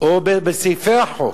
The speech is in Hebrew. או בסעיפי החוק.